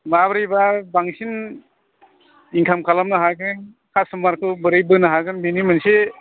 माब्रैबा बांसिन इनकाम खालामनो हागोन कास्ट'मारखौ बोरै बोनो हागोन बेनि मोनसे